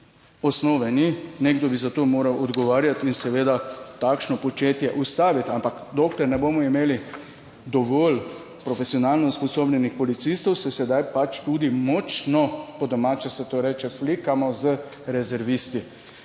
Osnove ni, nekdo bi za to moral odgovarjati in seveda takšno početje ustaviti. Ampak dokler ne bomo imeli dovolj profesionalno usposobljenih policistov, se sedaj pač tudi močno, po domače se to reče, flikamo z rezervisti.